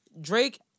Drake